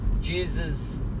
Jesus